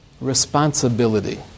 responsibility